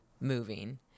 moving